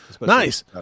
nice